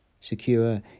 secure